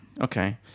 Okay